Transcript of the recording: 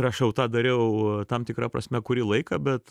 ir aš jau tą dariau tam tikra prasme kurį laiką bet